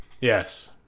Yes